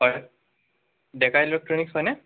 হয় ডেকা ইলেক্ট্ৰনিক্ছ হয়নে